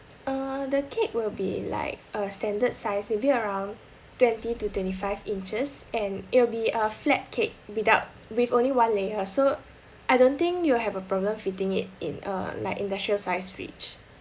uh the cake will be like a standard size maybe around twenty to twenty five inches and it'll be a flat cake without with only one layer so I don't think you will have a problem fitting it in a like industrial sized fridge